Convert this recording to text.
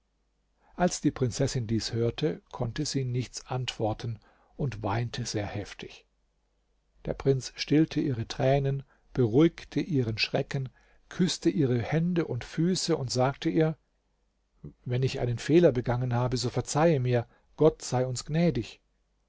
als die prinzessin dies hörte konnte sie nichts antworten und weinte sehr heftig der prinz stillte ihre tränen beruhigte ihren schrecken küßte ihre hände und füße und sagte ihr wenn ich einen fehler begangen habe so verzeihe mir gott sei uns gnädig